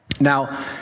Now